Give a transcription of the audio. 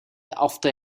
after